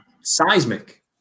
seismic